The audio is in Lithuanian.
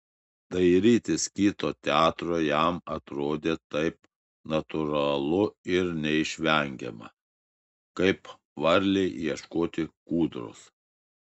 dairytis kito teatro jam atrodė taip natūralu ir neišvengiama kaip varlei ieškoti kūdros